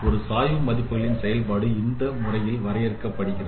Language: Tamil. ஒரு சாய்வு மதிப்புகளின் செயல்பாடு இந்த முறையில் வரையறுக்கப்படுகிறது